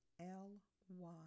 L-Y